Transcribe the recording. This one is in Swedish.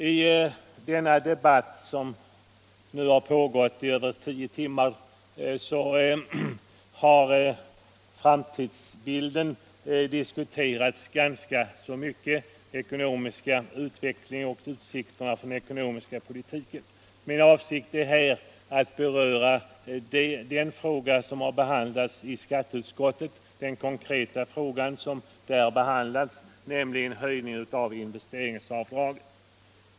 I denna debatt — som nu har pågått i över tio timmar — har framtideri när det gäller den ekonomiska utvecklingen och utsikterna för den ekonomiska politiken diskuterats. Min avsikt är här att beröra en av de frågor som har behandlats i skatteutskottet, nämligen höjningen av investeringsavdraget.